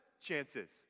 chances